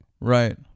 Right